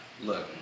Look